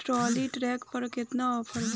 Trolley tractor पर केतना offer बा?